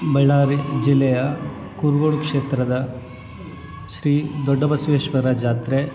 ಬಳ್ಳಾರಿ ಜಿಲ್ಲೆಯ ಕುರಗೋಡು ಕ್ಷೇತ್ರದ ಶ್ರೀ ದೊಡ್ಡ ಬಸವೇಶ್ವರ ಜಾತ್ರೆ